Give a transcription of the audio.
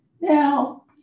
Now